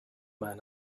man